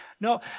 No